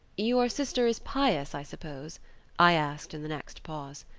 your sister is pious, i suppose i asked in the next pause.